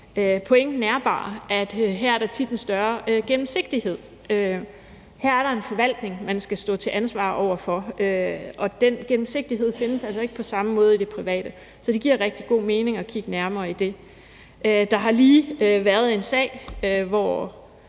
Pointen er bare, at her er der tit en større gennemsigtighed. Her er der en forvaltning, man skal stå til ansvar over for, og den gennemsigtighed findes altså ikke på samme måde i det private. Så det giver rigtig god mening at kigge nærmere på det. Der har f.eks. lige været en sag her